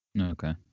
Okay